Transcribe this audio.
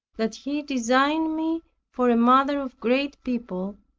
that he designed me for a mother of great people,